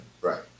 Right